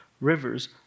rivers